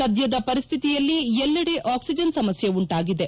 ಸದ್ದದ ಪರಿಸ್ಥಿತಿಯಲ್ಲಿ ಎಲ್ಲೆಡೆ ಆಕ್ಲಿಜನ್ ಸಮಸ್ಕೆ ಉಂಟಾಗಿದೆ